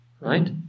Right